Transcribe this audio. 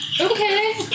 Okay